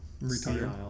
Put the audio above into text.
Retire